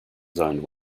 zoned